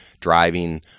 driving